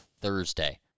Thursday